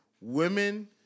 women